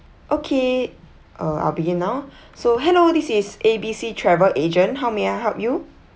okay uh I'll begin now so hello this is A B C travel agent how may I help you